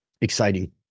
Exciting